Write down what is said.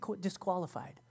disqualified